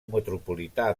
metropolità